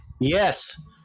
Yes